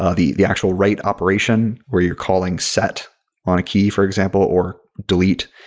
ah the the actual write operation where you're calling set on a key, for example, or delete.